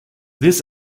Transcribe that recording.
this